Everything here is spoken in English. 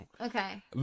Okay